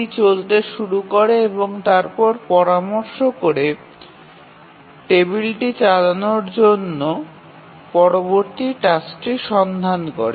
এটি চলতে শুরু করে এবং তারপরে পরামর্শ করে টেবিলটি চালানোর জন্য পরবর্তী টাস্কটি সন্ধান করে